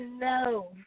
no